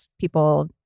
people